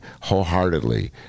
wholeheartedly